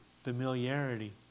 familiarity